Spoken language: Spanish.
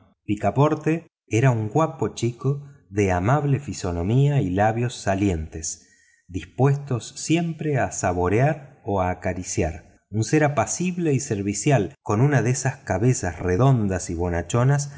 picaporte era un guapo chico de amable fisonomía y labios salientes dispuesto siempre a saborear o a acariciar un ser apacible y servicial con una de esas cabezas redondas y bonachonas